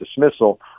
dismissal